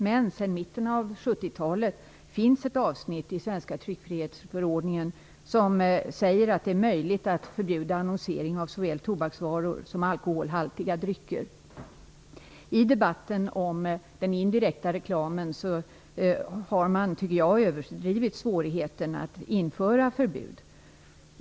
Men sedan mitten av 70-talet finns det ett avsnitt i svenska tryckfrihetsförordningen där det sägs att det är möjligt att förbjuda annonsering av såväl tobaksvaror som alkoholhaltiga drycker. I debatten om den indirekta reklamen har man, tycker jag, överdrivit svårigheten att införa förbud.